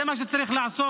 זה מה שצריך מה לעשות.